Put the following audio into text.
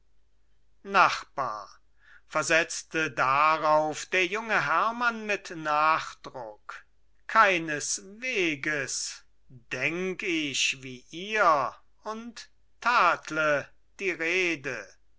nachbar versetzte darauf der junge hermann mit nachdruck keinesweges denk ich wie ihr und tadle die rede